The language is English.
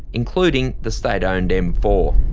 including the state-owned m four.